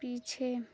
पीछे